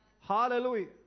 Hallelujah